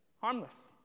Harmless